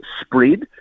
spread